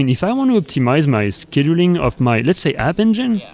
and if i want to optimize my scheduling of my, let's say, app engine,